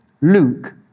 Luke